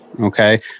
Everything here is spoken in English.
okay